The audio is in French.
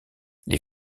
les